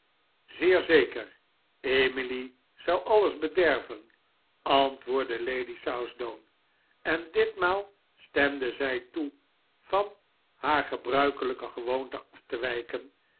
zeer zeker emily zou alles bederven antwoordde lady southdown en ditmaal stemde zij toe van haar gebruikelijke gewoonte af te wijken